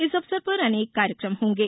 इस अवसर पर अनेक कार्यकम होंगे